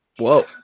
Whoa